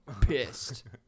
pissed